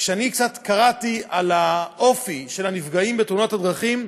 כשאני קצת קראתי על האופי של הנפגעים בתאונות הדרכים,